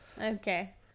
okay